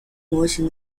模型